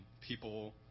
people